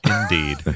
indeed